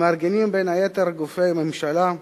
שמארגנים, בין היתר, גופי הממשלה,